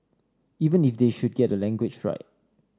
even if they should get the language right